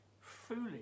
foolish